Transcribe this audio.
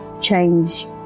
change